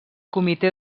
comitè